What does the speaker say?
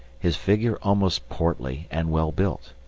his figure almost portly and well-built,